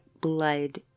blood